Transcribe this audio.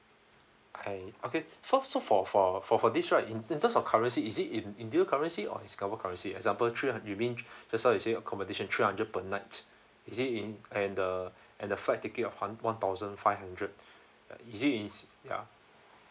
I okay so so for for for for this right in in terms of currency is it in india currency or in singapore currency example three you mean just now you said accommodation three hundred per night is it in and the and the flight ticket of hun~ one thousand five hundred is it in ya